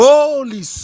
Holy